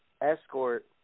escort